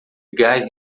gás